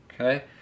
okay